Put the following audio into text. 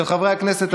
על כולם,